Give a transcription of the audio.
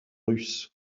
russes